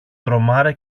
τρομάρα